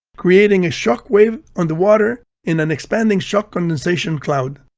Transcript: creating a shock wave on the water and an expanding shock condensation cloud.